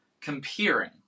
comparing